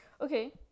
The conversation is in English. Okay